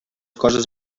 coses